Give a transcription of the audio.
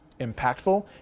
impactful